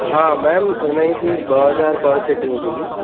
हा मेम हिनजी फ़ीस ॿ हज़ार पर सिटिंग थींदी